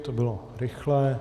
To bylo rychlé.